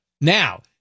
Now